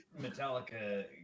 Metallica